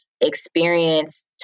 experience